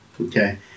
Okay